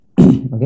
Okay